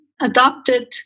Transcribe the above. adopted